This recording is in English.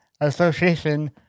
Association